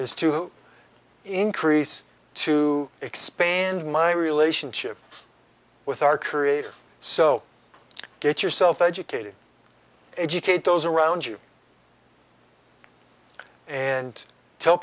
is to increase to expand my relationship with our creator so get yourself educated educate those around you and tell